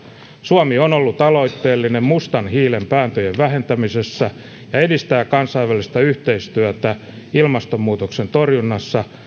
suomi on ollut aloitteellinen mustan hiilen päästöjen vähentämisessä ja edistää kansainvälistä yhteistyötä ilmastonmuutoksen torjunnassa